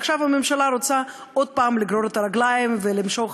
עכשיו הממשלה רוצה עוד פעם לגרור רגליים ולמשוך